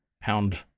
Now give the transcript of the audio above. pound